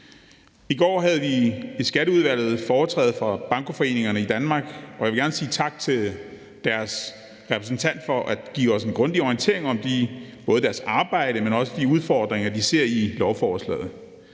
I går havde vi i Skatteudvalget foretræde af Bankoforeningerne i Danmark, og jeg vil gerne sige tak til deres repræsentant for at give os en grundig orientering om både deres arbejde, men også de udfordringer, de ser i lovforslaget.